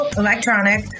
electronic